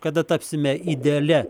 kada tapsime idealia